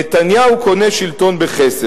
נתניהו קונה שלטון בכסף.